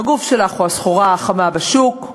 "הגוף שלך הוא הסחורה החמה בשוק".